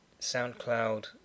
SoundCloud